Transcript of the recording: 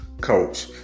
coach